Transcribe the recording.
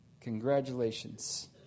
congratulations